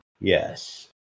Yes